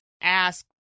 ask